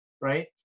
right